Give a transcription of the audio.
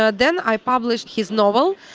ah then i published his novel,